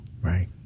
Right